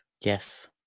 Yes